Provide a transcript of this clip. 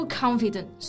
confident